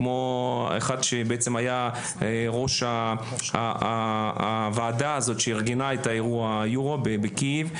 שהיה ראש הוועדה שארגנה את אירוע היורו בקייב.